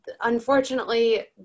unfortunately